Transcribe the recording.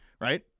right